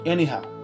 Anyhow